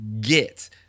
get